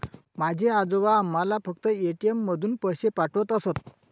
माझे आजोबा आम्हाला फक्त ए.टी.एम मधून पैसे पाठवत असत